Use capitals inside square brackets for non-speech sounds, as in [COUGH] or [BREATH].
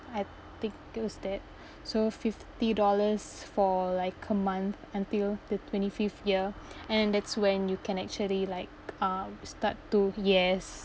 I think those that [BREATH] so fifty dollars for like a month until the twenty fifth year and that's when you can actually like um start to yes